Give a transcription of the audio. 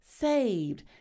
saved